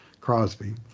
Crosby